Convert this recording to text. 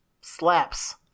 Slaps